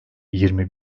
yirmi